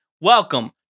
Welcome